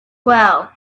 well